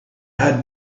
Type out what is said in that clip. had